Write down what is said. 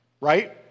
Right